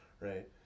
right